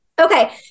Okay